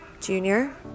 Junior